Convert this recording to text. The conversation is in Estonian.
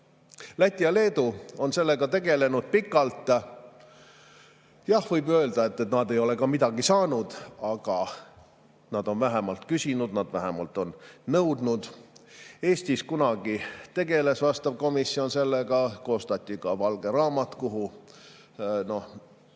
Läti ja Leedu on sellega tegelenud pikalt. Jah, võib ju öelda, et nad ei ole ka midagi saanud, aga nad on vähemalt küsinud, nad on vähemalt nõudnud. Eestis kunagi tegeles vastav komisjon sellega, koostati ka valge raamat, kuhu